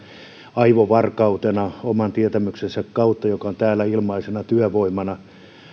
aivovarkautena oman tietämyksensä kautta joka on täällä ilmaisena työvoimana